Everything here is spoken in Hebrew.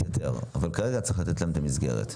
אבל כרגע צריך לתת להם את המסגרת.